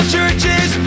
churches